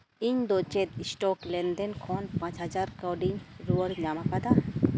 ᱤᱧᱫᱚ ᱪᱮᱫ ᱥᱴᱚᱠ ᱞᱮᱱᱫᱮᱱ ᱠᱷᱚᱱ ᱯᱟᱸᱪ ᱦᱟᱡᱟᱨ ᱠᱟᱹᱣᱰᱤ ᱨᱩᱣᱟᱹᱲ ᱧᱟᱢ ᱠᱟᱫᱟ